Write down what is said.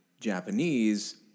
Japanese